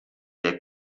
der